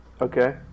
Okay